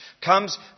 comes